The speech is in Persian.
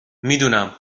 میدونم